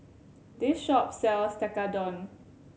this shop sells Tekkadon